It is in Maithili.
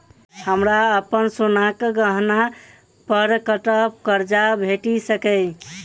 हमरा अप्पन सोनाक गहना पड़ कतऽ करजा भेटि सकैये?